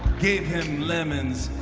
gave him lemons,